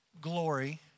Glory